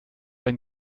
ein